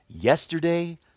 yesterday